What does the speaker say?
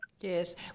Yes